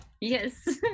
Yes